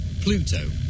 Pluto